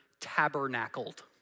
tabernacled